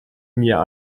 mir